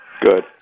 Good